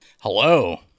Hello